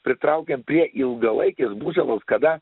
pritraukiam prie ilgalaikės būsenos kada